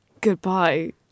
goodbye